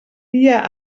dia